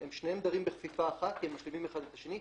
הם שניהם דרים בכפיפה אחת כי הם משלימים אחד את השני.